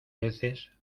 veces